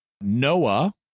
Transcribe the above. Noah